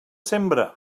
sembra